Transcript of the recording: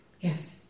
Yes